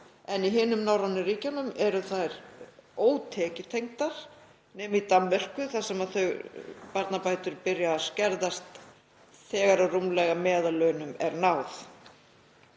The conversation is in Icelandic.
en í hinum norrænu ríkjunum eru þær ótekjutengdar, nema í Danmörku þar sem barnabætur byrja að skerðast þegar rúmlega meðallaunum er náð.